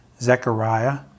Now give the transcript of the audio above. Zechariah